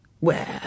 Well